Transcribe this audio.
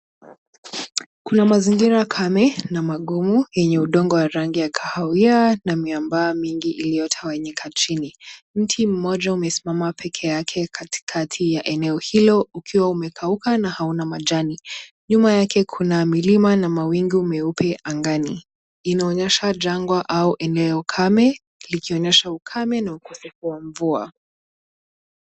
Kuna mazingira kame na magumu yenye udongo wa rangi ya kahawia na miamba mingi iliyotawanyika chini. Mti mmoja umesimama pekee yake katikati ya eneo hilo ukiwa umekauka na hauna majani. Nyuma yake kuna milima na mawingu meupe angani. Inaonyesha jangwa au eneo kame likionyesha ukame na ukosefu wa mvua.